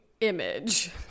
image